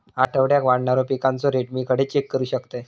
आठवड्याक वाढणारो पिकांचो रेट मी खडे चेक करू शकतय?